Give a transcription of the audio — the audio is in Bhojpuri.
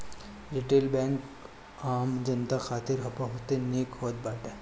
रिटेल बैंक आम जनता खातिर बहुते निक होत बाटे